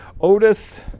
Otis